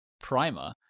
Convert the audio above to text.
primer